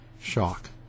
Shock